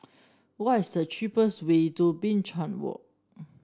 what is the cheapest way to Binchang Walk